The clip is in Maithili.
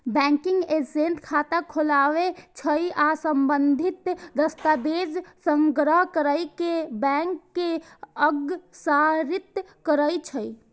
बैंकिंग एजेंट खाता खोलै छै आ संबंधित दस्तावेज संग्रह कैर कें बैंक के अग्रसारित करै छै